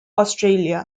australia